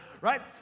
right